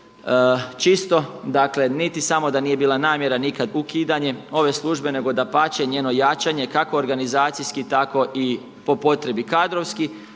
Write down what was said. čisto dakle niti samo da nije bila namjera nikad ukidanje ove službe nego dapače njeno jačanje kako organizacijski tako i po potrebi kadrovski.